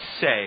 say